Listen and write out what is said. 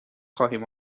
خواهیم